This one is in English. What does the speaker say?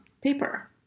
paper